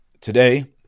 today